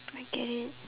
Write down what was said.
I get it